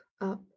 up